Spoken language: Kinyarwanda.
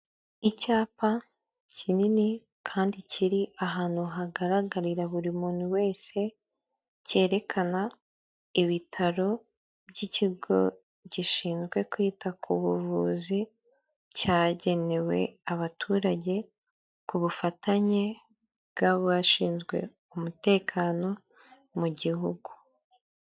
Icyapa kinini kandi kiri ahantu hagaragarira buri muntu wese cyerekana ibitaro by'ikigo gishinzwe kwita ku buvuzi cyagenewe abaturage ku bufatanye bw'abashinzwe umutekano mu gihugu.